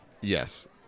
Yes